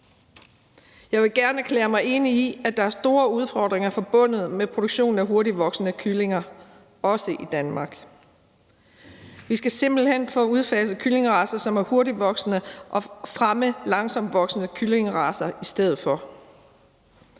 Jeg vil gerne erklære mig enig i, at der er store udfordringer forbundet med produktionen af hurtigtvoksende kyllinger, også i Danmark. Vi skal simpelt hen have udfaset kyllingeracer, som er hurtigtvoksende, og fremme langsomtvoksende kyllingeracer i stedet.